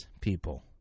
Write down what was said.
people